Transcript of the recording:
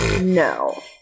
No